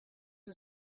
who